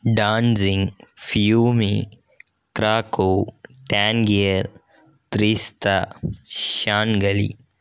dancing Fiume Krakow Tangier Trieste Shanghai